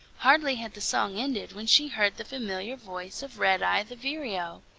hardly had the song ended when she heard the familiar voice of redeye the vireo.